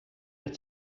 het